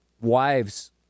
wives